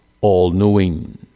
all-knowing